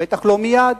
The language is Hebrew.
בטח לא מייד.